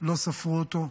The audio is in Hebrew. לא ספרו אותו,